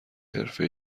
حرفه